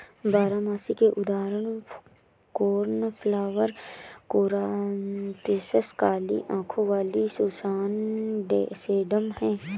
बारहमासी के उदाहरण कोर्नफ्लॉवर, कोरॉप्सिस, काली आंखों वाली सुसान, सेडम हैं